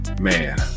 Man